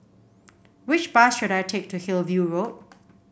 which bus should I take to Hillview Road